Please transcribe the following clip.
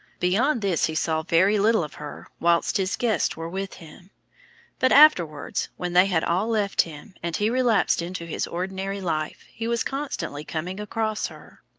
beyond this he saw very little of her while his guests were with him but afterwards, when they had all left him, and he relapsed into his ordinary life, he was constantly coming across her.